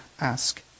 ask